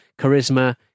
charisma